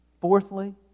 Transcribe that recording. Fourthly